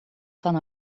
van